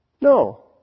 No